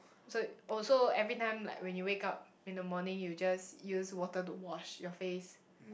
so oh so every time like when you wake up in the morning you just use water to wash your face